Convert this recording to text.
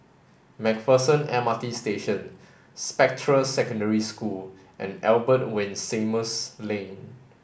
MacPherson M RT Station Spectra Secondary School and Albert Winsemius Lane